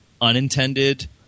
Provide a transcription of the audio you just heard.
unintended